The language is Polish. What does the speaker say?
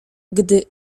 gdy